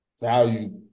value